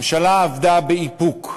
עבדה באיפוק.